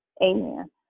Amen